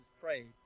prayed